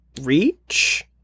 reach